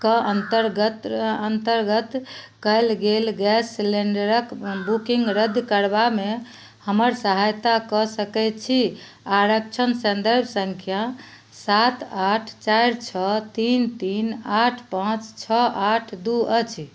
के अन्तर्गत अन्तर्गत कयल गेल गैस सेलेण्डरक बुकिंग रद्द करबामे हमर सहायता कऽ सकय छी आरक्षण सन्दर्भ सङ्ख्या सात आठ चारि छओ तीन तीन आठ पाँच छओ आठ दू अछि